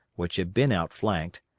which had been outflanked,